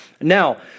Now